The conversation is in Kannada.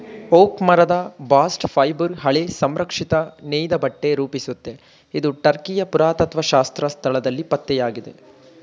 ಓಕ್ ಮರದ ಬಾಸ್ಟ್ ಫೈಬರ್ ಹಳೆ ಸಂರಕ್ಷಿತ ನೇಯ್ದಬಟ್ಟೆ ರೂಪಿಸುತ್ತೆ ಇದು ಟರ್ಕಿಯ ಪುರಾತತ್ತ್ವಶಾಸ್ತ್ರ ಸ್ಥಳದಲ್ಲಿ ಪತ್ತೆಯಾಗಿದೆ